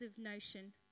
notion